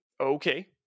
okay